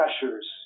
pressures